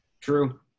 True